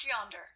yonder